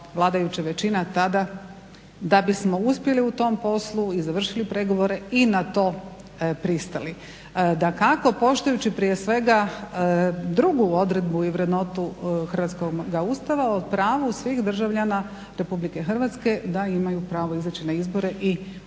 vladajuća većina tada da bismo uspjeli u tom poslu i završili pregovore i na to pristali, dakako poštujući prije svega drugu odredbu i vrednotu hrvatskoga Ustava o pravu svih državljana Republike Hrvatske da imaju pravo izaći na izbore i glasovati.